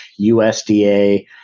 USDA